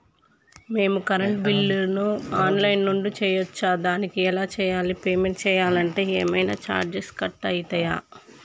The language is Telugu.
మేము కరెంటు బిల్లును ఆన్ లైన్ నుంచి చేయచ్చా? దానికి ఎలా చేయాలి? పేమెంట్ చేయాలంటే ఏమైనా చార్జెస్ కట్ అయితయా?